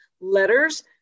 letters